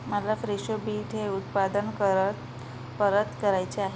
मला Fresho beet हे उत्पादन करत परत करायचे आहे